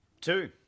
two